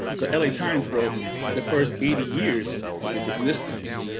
the l a. times wrote the first eighty years of its existence.